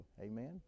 Amen